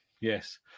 yes